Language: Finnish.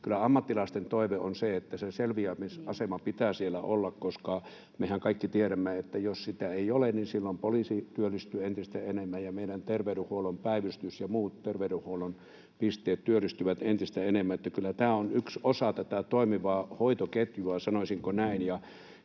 kyllä ammattilaisten toive on, että se selviämisasema pitää siellä olla, koska mehän kaikki tiedämme, että jos sitä ei ole, niin silloin poliisi työllistyy entistä enemmän ja meidän terveydenhuollon päivystys ja muut terveydenhuollon pisteet työllistyvät entistä enemmän. Kyllä tämä on yksi osa toimivaa hoitoketjua, sanoisinko näin.